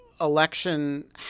election